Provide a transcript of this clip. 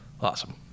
awesome